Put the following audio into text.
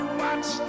watch